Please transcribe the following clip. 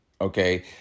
okay